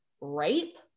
rape